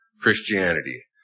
Christianity